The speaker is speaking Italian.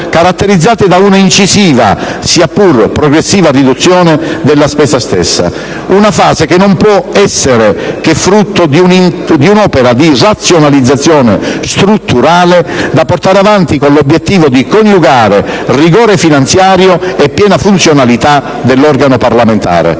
caratterizzata da un'incisiva - sia pur progressiva - riduzione della spesa stessa. Una fase che non può che essere frutto di un'opera di razionalizzazione strutturale, da portare avanti con l'obiettivo di coniugare rigore finanziario e piena funzionalità dell'organo parlamentare.